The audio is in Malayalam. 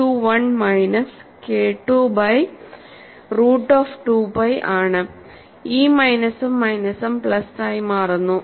AII1 minus KII by root of 2 pi ആണ് ഈ മൈനസും മൈനസും പ്ലസ് ആയി മാറുന്നു